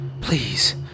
please